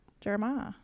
Jeremiah